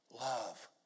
Love